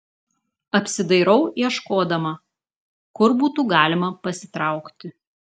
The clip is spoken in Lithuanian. apsidairau ieškodama kur būtų galima pasitraukti